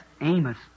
Amos